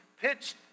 pitched